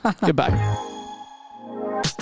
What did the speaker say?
goodbye